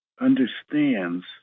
understands